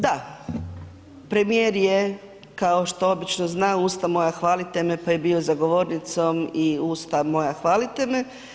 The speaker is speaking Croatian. Da, premijer je, kao što obično zna, usta moja, hvalite me pa je bio za govornicom i usta moja hvalite me.